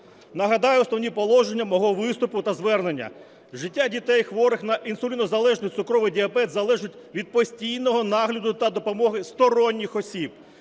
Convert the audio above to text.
Нагадаю основні положення мого виступу та звернення. Життя дітей, хворих на інсулінозалежний цукровий діабет, залежить від постійного нагляду та допомоги сторонніх осіб.